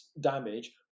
damage